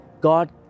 God